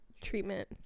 treatment